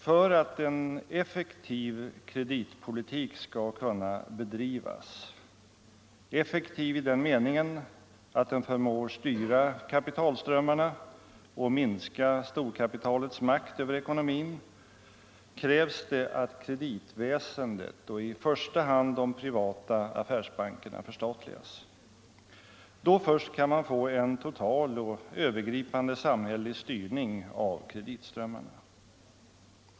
För att en effektiv kreditpolitik skall kunna bedrivas, effektiv i den meningen att den förmår styra kapitalströmmarna och minska storkapitalets makt över ekonomin, krävs det att kreditväsendet och i första hand de privata affärsbankerna förstatligas. Då först kan man få en total och övergripande samhällelig styrning av kreditströmmarna.